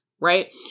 right